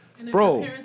Bro